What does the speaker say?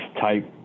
type